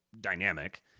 dynamic